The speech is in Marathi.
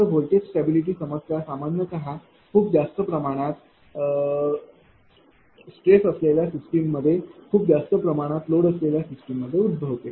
तर व्होल्टेज स्टॅबिलिटी समस्या सामान्यत खूप जास्त प्रमाणात स्ट्रेस्ट असलेल्या सिस्टममध्ये खूप जास्त प्रमाणात लोड असलेल्या सिस्टममध्ये उद्भवते